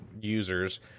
users